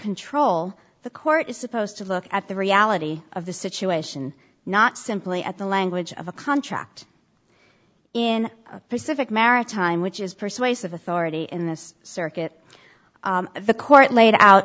control the court is supposed to look at the reality of the situation not simply at the language of a contract in her civic maritime which is persuasive authority in this circuit the court laid out